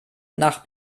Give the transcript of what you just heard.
nach